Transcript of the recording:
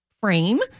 frame